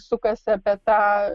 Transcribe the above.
sukasi apie tą